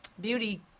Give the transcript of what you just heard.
beauty